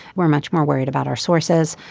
we're much more worried about our sources.